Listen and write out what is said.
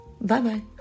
Bye-bye